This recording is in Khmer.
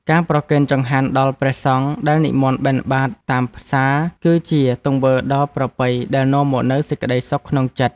ការប្រគេនចង្ហាន់ដល់ព្រះសង្ឃដែលនិមន្តបិណ្ឌបាតតាមផ្សារ គឺជាទង្វើដ៏ប្រពៃដែលនាំមកនូវសេចក្ដីសុខក្នុងចិត្ត។